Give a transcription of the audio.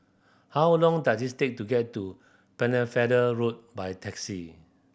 how long does it take to get to Pennefather Road by taxi